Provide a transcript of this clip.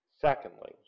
Secondly